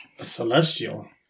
Celestial